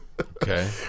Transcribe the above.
okay